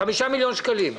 אני סמנכ"ל המשרד.